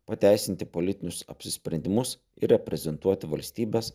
pateisinti politinius apsisprendimus ir reprezentuoti valstybės